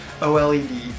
OLED